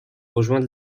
rejoindre